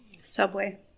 Subway